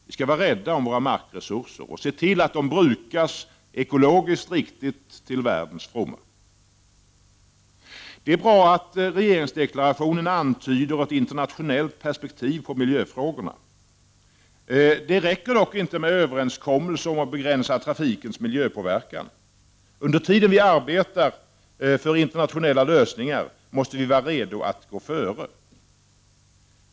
Vi skall vara rädda om våra markresurser och se till att de brukas ekologiskt riktigt till världens fromma. Det är bra att regeringsdeklarationen antyder ett internationellt perspektiv på miljöfrågorna. Det räcker dock inte med överenskommelser om att begränsa trafikens miljöpåverkan. Under tiden som vi arbetar för internationella lösningar måste vi vara redo att gå före.